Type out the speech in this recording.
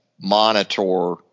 monitor